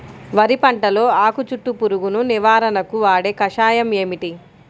వరి పంటలో ఆకు చుట్టూ పురుగును నివారణకు వాడే కషాయం ఏమిటి?